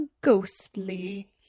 ghostly